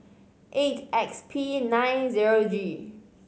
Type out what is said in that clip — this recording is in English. eight X P nine zero G